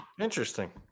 Interesting